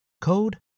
code